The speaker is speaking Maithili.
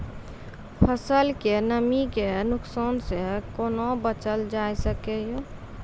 फसलक नमी के नुकसान सॅ कुना बचैल जाय सकै ये?